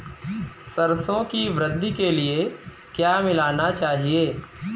सरसों की वृद्धि के लिए क्या मिलाना चाहिए?